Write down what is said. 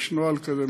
יש נוהל כזה,